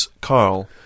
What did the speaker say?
Carl